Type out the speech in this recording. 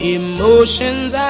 emotions